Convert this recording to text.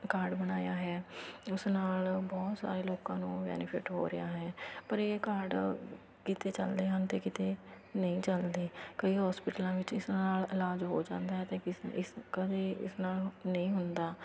card ਬਣਾਇਆ ਹੈ ਉਸ ਨਾਲ ਬਹੁਤ ਸਾਰੇ ਲੋਕਾਂ ਨੂੰ ਬੈਨੀਫਿਟ ਹੋ ਰਿਹਾ ਹੈ ਪਰ ਇਹ ਕਾਰਡ ਕਿਤੇ ਚੱਲਦੇ ਹਨ ਅਤੇ ਕਿਤੇ ਨਹੀਂ ਚੱਲਦੇ ਕਈ ਹੋਸਪਿਟਲਾਂ ਵਿੱਚ ਇਸ ਨਾਲ ਇਲਾਜ ਹੋ ਜਾਂਦਾ ਅਤੇ ਇਸ ਇਸ ਕਦੇ ਇਸ ਨਾਲ ਨਹੀਂ ਹੁੰਦਾ